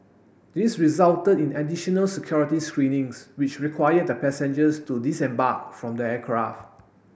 this resulted in additional security screenings which required the passengers to disembark from the aircraft